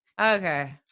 Okay